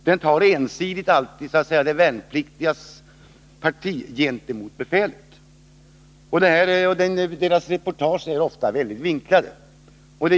Den tar ensidigt de värnpliktigas parti gentemot befälet, och dess reportage är också väldigt vinklade.